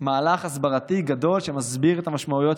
מהלך הסברתי גדול שמסביר את המשמעויות,